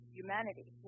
humanity